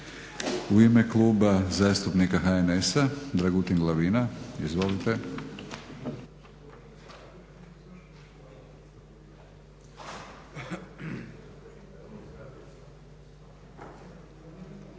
I ime Kluba zastupnika HNS-a, Dragutin Glavina. Izvolite.